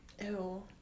Ew